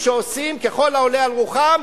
שעושים ככל העולה על רוחם,